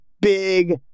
big